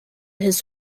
his